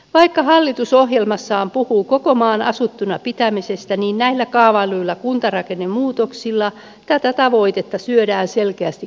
vaikka hallitus ohjelmassaan puhuu koko maan asuttuna pitämisestä niin näillä kaavailluilla kuntarakennemuutoksilla tätä tavoitetta lyödään selkeästi korville